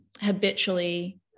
habitually